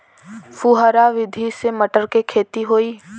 फुहरा विधि से मटर के खेती होई